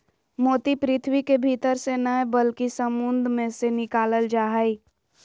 मोती पृथ्वी के भीतर से नय बल्कि समुंद मे से निकालल जा हय